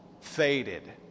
faded